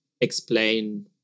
explain